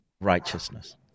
righteousness